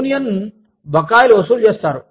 union బకాయిలు వసూలు చేస్తారు